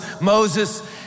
Moses